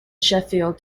sheffield